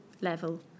level